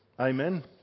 Amen